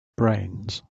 brains